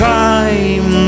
time